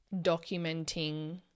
documenting